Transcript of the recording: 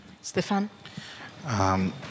Stefan